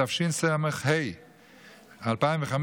התשס"ה 2005,